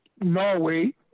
Norway